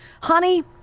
Honey